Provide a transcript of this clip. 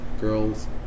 girls